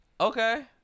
Okay